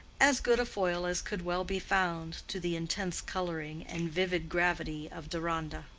as good a foil as could well be found to the intense coloring and vivid gravity of deronda.